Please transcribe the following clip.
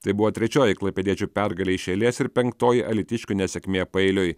tai buvo trečioji klaipėdiečių pergalė iš eilės ir penktoji alytiškių nesėkmė paeiliui